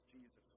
Jesus